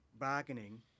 bargaining